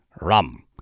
Rum